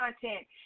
content